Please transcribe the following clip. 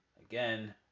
again